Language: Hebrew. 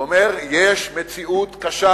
והוא אומר: יש מציאות קשה